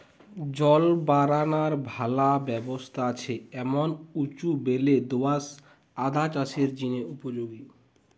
জল বারানার ভালা ব্যবস্থা আছে এমন উঁচু বেলে দো আঁশ আদা চাষের জিনে উপযোগী